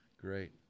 Great